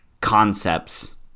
concepts